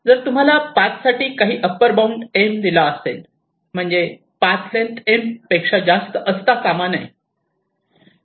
जर तुम्हाला पाथ साठी काही अप्पर बाउंड M दिला असेल म्हणजे पाथ लेन्थ M पेक्षा जास्त होता कामा नये